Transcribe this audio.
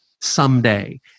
someday